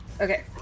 Okay